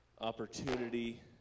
opportunity